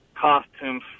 costumes